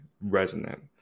resonant